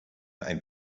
ein